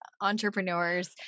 entrepreneurs